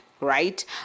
right